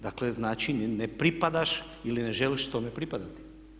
Dakle, znači ne pripadaš ili ne želiš tome pripadati.